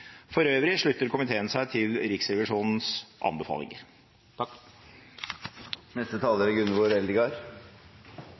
For øvrig slutter komiteen seg til Riksrevisjonens